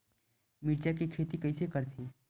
मिरचा के खेती कइसे करथे?